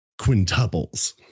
Quintuples